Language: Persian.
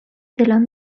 دلم